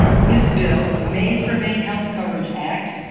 this bill, made for maine health coverage act,